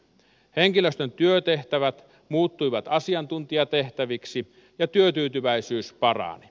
henkilöstön työtehtävät muuttuivat asiantuntijatehtäviksi ja työtyytyväisyys parani